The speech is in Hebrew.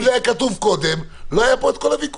אם זה היה כתוב קודם, לא היה כאן את כל הוויכוח.